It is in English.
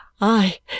I